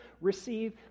receive